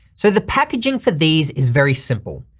so the packaging for these is very simple.